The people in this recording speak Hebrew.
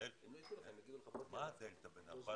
רק מזכירה שלגבי הבודדים,